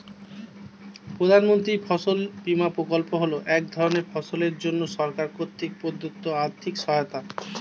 প্রধানমন্ত্রীর ফসল বিমা প্রকল্প হল এক ধরনের ফসলের জন্য সরকার কর্তৃক প্রদত্ত আর্থিক সহায়তা